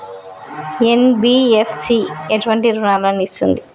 NBFC ఎటువంటి రుణాలను ఇస్తుంది?